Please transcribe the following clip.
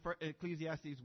Ecclesiastes